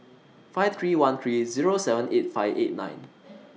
five three one three Zero seven eight five eight nine